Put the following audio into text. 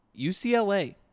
UCLA